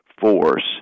force